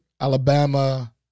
Alabama